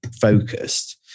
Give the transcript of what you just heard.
focused